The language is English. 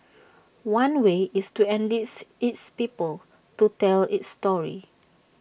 one way is to enlist its people to tell its story